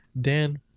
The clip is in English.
Dan